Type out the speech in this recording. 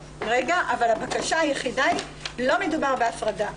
הבקשה היחידה היא, לא מדובר בהפרדה.